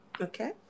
Okay